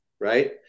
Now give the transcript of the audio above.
right